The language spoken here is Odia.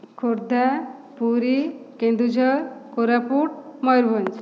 ଖୋର୍ଦ୍ଧା ପୁରୀ କେନ୍ଦୁଝର କୋରାପୁଟ ମୟୂରଭଞ୍ଜ